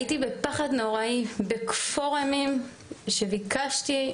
הייתי בפחד נוראי, בכפור אימים, שביקשתי,